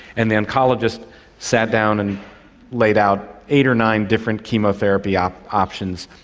and the oncologist sat down and laid out eight or nine different chemotherapy um options,